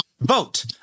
vote